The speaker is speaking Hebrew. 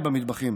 בוודאי במטבחים,